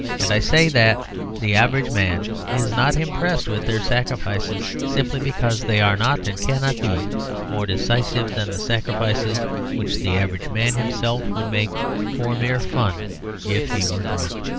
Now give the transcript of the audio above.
and i say that the average man is not impressed with their sacrifices simply because they are not and cannot be more decisive than the sacrifices which the average man himself would make for mere fun if he were drunk.